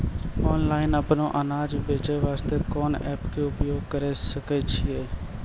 Online अपनो अनाज बेचे वास्ते कोंन एप्प के उपयोग करें सकय छियै?